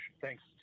thanks